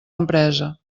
empresa